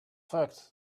fact